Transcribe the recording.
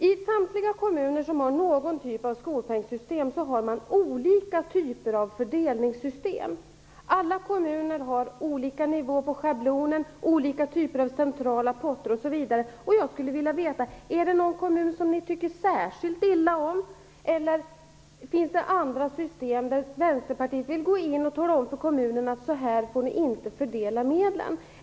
I samtliga kommuner som har någon typ av skolpengsystem har man olika fördelningssystem. Alla kommuner har olika nivå på schablonen, olika typer av centrala potter, osv. Jag skulle vilja veta om det är någon kommun som ni tycker särskilt illa om eller om Vänsterpartiet vill tala om för någon kommun att så och så får man inte fördela medlen.